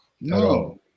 No